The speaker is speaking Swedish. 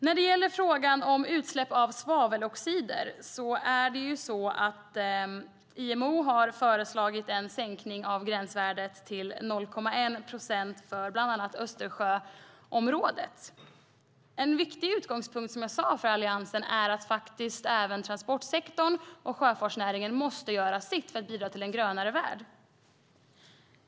När det gäller utsläpp av svaveloxider har IMO föreslagit en sänkning av gränsvärdet till 0,1 procent för bland annat Östersjöområdet. En viktig utgångspunkt för Alliansen är att också transportsektorn och sjöfartsnäringen måste göra sitt för att bidra till en grönare värld.